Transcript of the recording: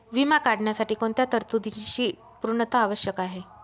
विमा काढण्यासाठी कोणत्या तरतूदींची पूर्णता आवश्यक आहे?